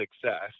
success